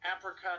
apricot